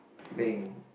peng